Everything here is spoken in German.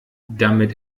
damit